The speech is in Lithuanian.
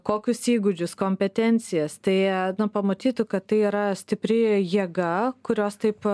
kokius įgūdžius kompetencijas tai pamatytų kad tai yra stipri jėga kurios taip